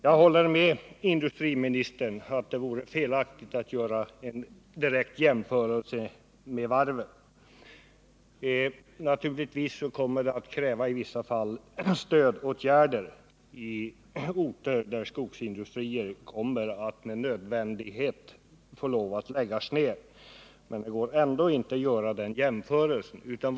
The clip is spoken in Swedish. Jag håller med industriministern att det vore felaktigt att göra en direkt jämförelse med varven. Naturligtvis kommer i vissa fall stödåtgärder att krävas på orter där skogsindustrier med nödvändighet får lov att läggas ned. Men det går ändå inte att göra den jämförelsen.